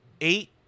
eight